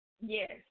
Yes